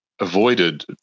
avoided